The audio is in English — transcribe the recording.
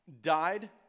died